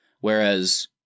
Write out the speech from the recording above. Whereas